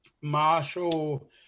Marshall